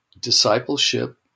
Discipleship